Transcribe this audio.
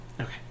Okay